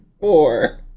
four